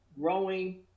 growing